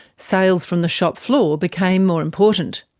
sales from the shopfloor became more important.